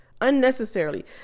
unnecessarily